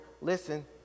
listen